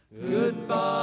Goodbye